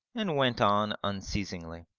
and went on unceasingly.